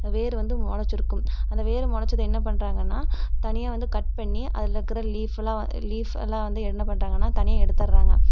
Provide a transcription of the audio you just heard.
வேர் வந்து முளச்சிருக்கும் அந்த வேர் முளச்சதை என்ன பண்ணுறாங்கன்னா தனியாக வந்து கட் பண்ணி அதில் இருக்கிற லீஃப்லாம் லீஃப்லாம் வந்து என்ன பண்ணுறாங்கன்னா தனியாக எடுத்துடுறாங்க